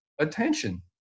attention